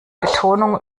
betonung